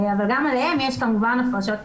אבל גם עליהם יש כמובן הפרשות פנסיוניות.